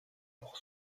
pour